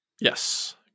Yes